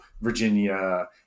Virginia